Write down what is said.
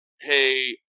hey